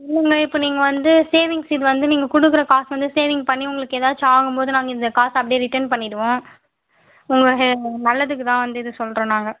இல்லைம்மா இப்போ நீங்கள் வந்து சேவிங்ஸ் இது வந்து நீங்கள் கொடுக்குற காசு வந்து சேவிங் பண்ணி உங்களுக்கு எதாச்சும் ஆகும்போது நாங்கள் இந்த காசை அப்டே ரிட்டர்ன் பண்ணிவிடுவோம் உங்களுக்கு நல்லதுக்கு தான் வந்து இதை சொல்லுறோம் நாங்கள்